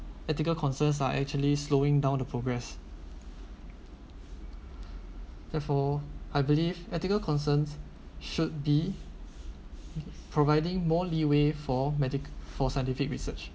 ethical concerns are actually slowing down the progress therefore I believe ethical concerns should be providing more leeway for medic for scientific research